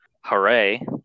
hooray